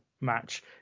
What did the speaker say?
match